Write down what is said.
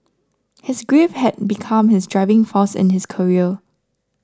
his grief had become his driving force in his career